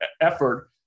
effort